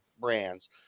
brands